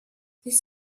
this